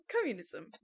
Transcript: Communism